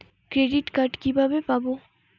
Credit card কিভাবে পাব?